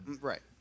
Right